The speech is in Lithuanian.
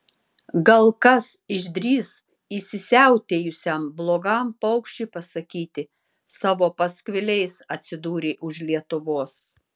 gal kas išdrįs įsisiautėjusiam blogam paukščiui pasakyti savo paskviliais atsidūrei už lietuvos